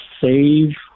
Save